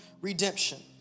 redemption